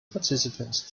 participants